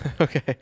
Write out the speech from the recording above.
Okay